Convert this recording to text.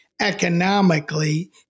economically